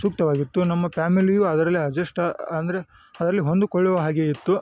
ಸೂಕ್ತವಾಗಿತ್ತು ನಮ್ಮ ಫ್ಯಾಮಿಲಿಯು ಅದರಲ್ಲೇ ಅಡ್ಜಸ್ಟ್ ಅಂದರೆ ಅದರಲ್ಲಿ ಹೊಂದಿಕೊಳ್ಳುವ ಹಾಗೆ ಇತ್ತು